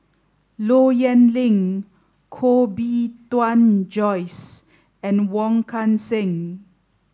Low Yen Ling Koh Bee Tuan Joyce and Wong Kan Seng